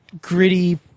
gritty